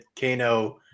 Kano